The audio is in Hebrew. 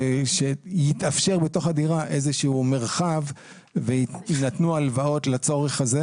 ושיתאפשר בתוך הדירה איזשהו מרחב ויינתנו הלוואות לצורך הזה,